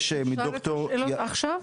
אפשר לשאול את השאלה עכשיו?